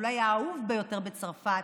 אולי האהוב ביותר בצרפת,